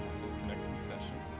says connecting session